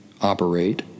operate